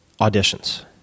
Auditions